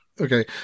Okay